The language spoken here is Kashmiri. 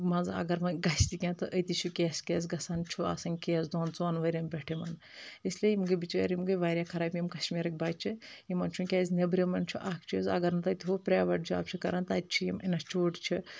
منٛزٕ اگر وۄنۍ گژھِ تہِ کینٛہہ تہٕ أتی چھِ کَیسہٕ کَیس گژھَان چھُ آسَان کیس دۄن ژۄن ؤریَن پؠٹھ یِمَن اِسلیے یِم گٔے بِچٲرۍ یِم گٔے واریاہ خراب یِم کشمیٖرٕکۍ بَچہِ یِمَن چھُنہٕ کیازِ نؠبرِمن چھُ اکھ چیٖز اگر نہٕ تَتہِ ہُہ پَرٛیٚوَیٚٹ جاب چھِ کَران تَتہِ چھِ یِم اِنَسچوٗٹ چھِ